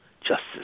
justice